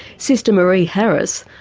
sister myree harris,